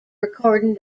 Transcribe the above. recording